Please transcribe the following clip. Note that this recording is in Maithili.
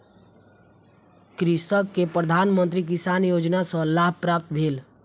कृषक के प्रधान मंत्री किसान योजना सॅ लाभ प्राप्त भेल